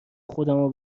خودمو